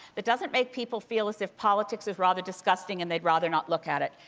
that doesn't make people feel as if politics is rather disgusting and they'd rather not look at it.